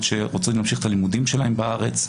שרוצים להמשיך את הלימודים שלהם בארץ.